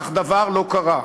אך דבר לא קרה.